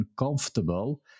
uncomfortable